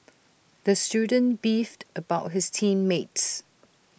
the student beefed about his team mates